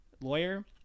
lawyer